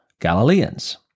Galileans